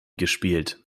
gespielt